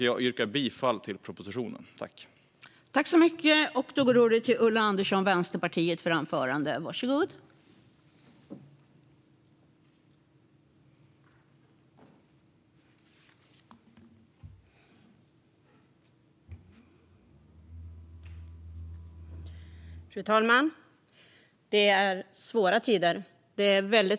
Jag yrkar bifall till propositionen och därmed till utskottets förslag.